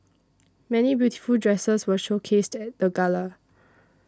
many beautiful dresses were showcased at the gala